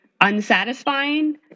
unsatisfying